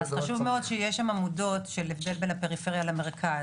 אז חשוב מאוד שיהיו שם עמודות של הבדל בין הפריפריה למרכז,